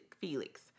Felix